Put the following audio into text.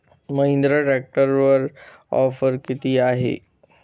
महिंद्रा ट्रॅक्टरवर ऑफर किती आहे?